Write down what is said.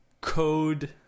code